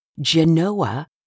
Genoa